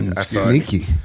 Sneaky